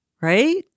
right